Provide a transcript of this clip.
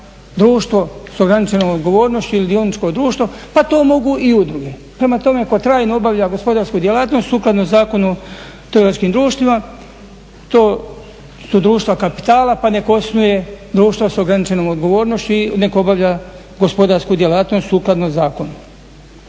društvo sa ograničenom odgovornošću ili dioničko društvo, pa to mogu i udruge. Prema tome, tko trajno obavlja gospodarsku djelatnost sukladno Zakonu o trgovačkim društvima to su društva kapitala pa neka osnuje društvo sa ograničenom odgovornošću i neka obavlja gospodarsku djelatnost sukladno zakonu.